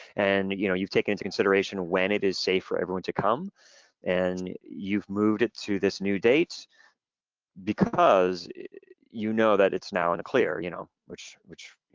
and you know you've taken into consideration when it is safe for everyone to come and you've moved it to this new dates because you know that it's now in a clear, you know which which